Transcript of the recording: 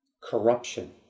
corruption